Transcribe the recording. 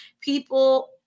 People